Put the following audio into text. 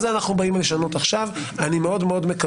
אני מסתכלת לאזרחי מדינת ישראל שלי בפנים ואומרת את האמת נכוחה.